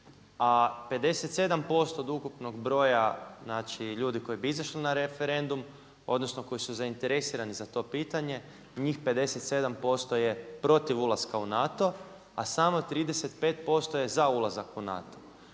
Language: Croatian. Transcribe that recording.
a 57% od ukupnog broja znači ljudi koji bi izišli na referendum, odnosno koji su zainteresirani za to pitanje njih 57% je protiv ulaska u NATO a samo 35% je za ulazak u NATO.